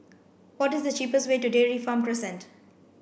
what is the cheapest way to Dairy Farm Crescent